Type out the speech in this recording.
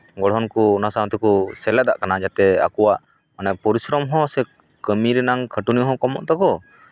ᱜᱚᱲᱦᱚᱱ ᱠᱚ ᱚᱱᱟ ᱥᱟᱶ ᱛᱮᱠᱚ ᱥᱮᱞᱮᱫᱟᱜ ᱠᱟᱱᱟ ᱡᱟᱛᱮ ᱟᱠᱚᱣᱟᱜ ᱚᱱᱟ ᱯᱚᱨᱤᱥᱨᱚᱢ ᱦᱚᱸ ᱥᱮ ᱠᱟᱹᱢᱤ ᱨᱮᱱᱟᱜ ᱠᱷᱟᱹᱴᱩᱱᱤ ᱦᱚᱸ ᱠᱚᱢᱚᱜ ᱛᱟᱠᱚ